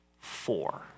four